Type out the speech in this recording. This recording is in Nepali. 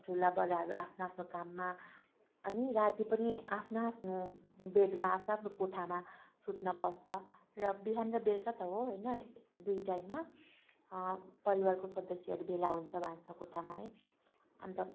ठुला बढाहरू आफ्नो आफ्नो काममा अनि राती पनि आफ्नो आफ्नो बेडमा आफ्नो आफ्नो कोठामा सुत्न पस्छ र बिहान र बेलुका त हो होइन दुई टाइममा परिवारको सदस्यहरू भेला हुन्छ भान्सा कोठामा है अन्त